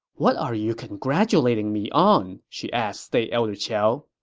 what are you congratulating me on? she asked state elder qiao